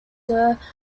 sir